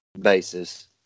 basis